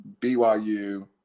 BYU